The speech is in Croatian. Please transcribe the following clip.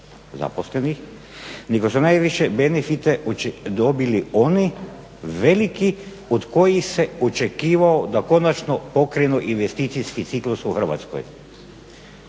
zaposlenih, nego su najviše benefite dobili oni veliki od kojih se očekivalo da konačno pokrenu investicijski ciklus u Hrvatskoj,